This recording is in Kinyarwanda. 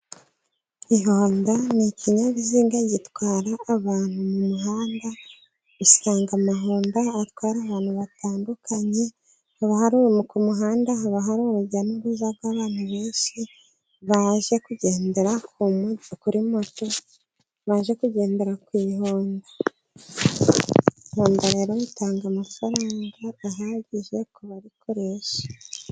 Ihonda ni'ikinyabiziga gitwara abantu mu muhanda, usanga amahonda atwara ahantu hatandukanye ku muhanda haba hari urujya n'uruza rw'abantu benshi baje kugendera kuri moto, baje kugendera ku ihonda. Honda rero itanga amafaranga ahagije ku bayikoresha.